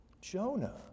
Jonah